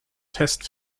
test